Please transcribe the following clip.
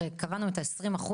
הרי קבענו את ה-20%,